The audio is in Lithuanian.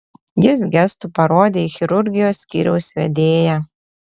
jis gestu parodė į chirurgijos skyriaus vedėją